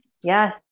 Yes